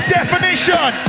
Definition